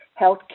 healthcare